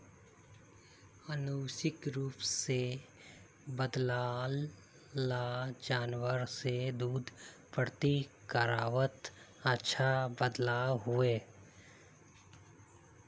आनुवांशिक रूप से बद्लाल ला जानवर से दूध पूर्ति करवात अच्छा बदलाव होइए